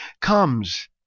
comes